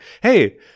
hey